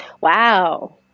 Wow